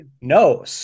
No